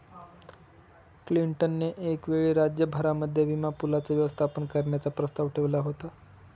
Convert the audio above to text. Clinton ने एक वेळी राज्य भरामध्ये विमा पूलाचं व्यवस्थापन करण्याचा प्रस्ताव ठेवला होता